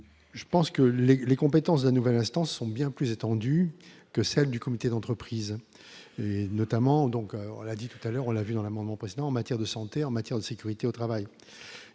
je pense que les les compétences de nouvelles instances sont bien plus étendues que celles du comité d'entreprise et notamment donc on l'a dit tout à l'heure, on l'a vu dans l'amendement président en matière de santé en matière de sécurité au travail